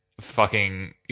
fucking-